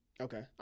Okay